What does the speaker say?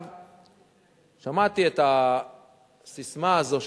שמעתי את הססמה הזאת,